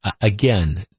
again